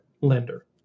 lender